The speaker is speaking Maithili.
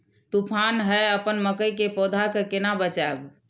तुफान है अपन मकई के पौधा के केना बचायब?